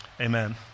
amen